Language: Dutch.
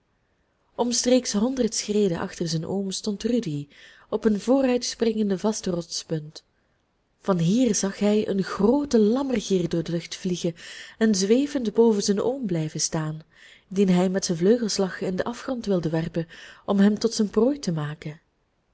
omstreeks honderd schreden achter zijn oom stond rudy op een vooruitspringende vaste rotspunt van hier zag hij een grooten lammergier door de lucht vliegen en zwevend boven zijn oom blijven staan dien hij met zijn vleugelslag in den afgrond wilde werpen om hem tot zijn prooi te maken